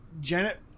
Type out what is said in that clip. Janet